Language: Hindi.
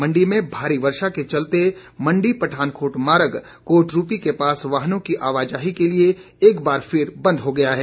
मंडी में भारी वर्षा के चलते मंडी पठानकोट मार्ग कोटरूपी के पास वाहनों की आवाजाही के लिए एक बार फिर बंद हो गया है